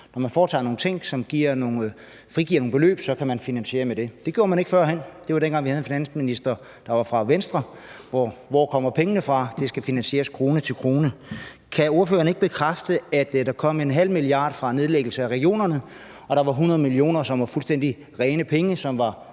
Når man foretager nogle ting, som frigiver nogle beløb, så kan man finansiere med det. Det gjorde man ikke førhen. Det var dengang, vi havde en finansminister, der var fra Venstre, hvor det var: Hvor kommer pengene fra? Det skal finansieres krone til krone. Kan ordføreren ikke bekræfte, at der kom 0,5 mia. kr. fra en nedlæggelse af regionerne, og at der var 100 mio. kr., som var fuldstændig rene penge, som var